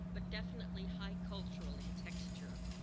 but definitely high cultural in texture.